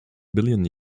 billion